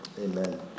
amen